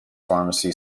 pharmacy